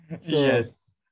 Yes